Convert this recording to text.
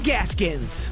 Gaskins